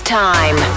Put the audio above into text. time